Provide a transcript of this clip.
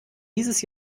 dieses